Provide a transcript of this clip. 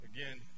Again